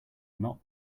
not